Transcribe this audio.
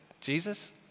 Jesus